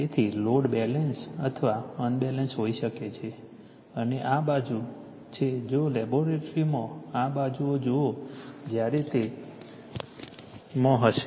તેથી load balance અથવા unbalance હોઈ શકે છે અને આ બાજુ છે જો લેબોરેટરીમાં આ બાજુઓ જુઓ જ્યારે તે માં હશે